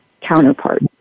counterpart